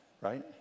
right